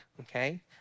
Okay